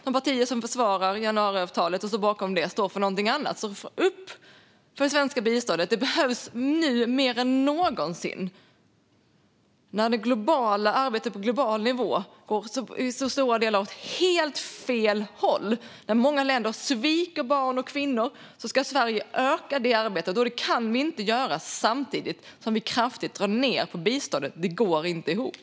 De partier som försvarar januariavtalet och står bakom det står upp för det svenska biståndet. Det behövs mer än någonsin nu när arbetet på global nivå i så stora delar går åt helt fel håll. När många länder sviker barn och kvinnor ska Sverige öka det arbetet, och det kan vi inte göra samtidigt som vi kraftigt drar ned på biståndet. Det går inte ihop.